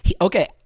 Okay